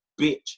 bitch